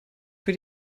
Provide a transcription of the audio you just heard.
für